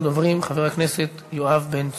ראשון הדוברים, חבר הכנסת יואב בן צור.